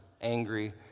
angry